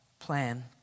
plan